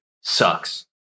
sucks